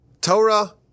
Torah